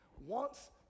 Wants